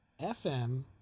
FM